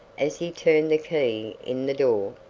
as he turned the key in the door.